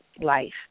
life